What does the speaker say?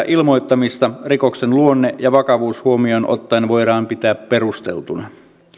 ilmoittamista rikoksen luonne ja vakavuus huomioon ottaen voidaan pitää perusteltuna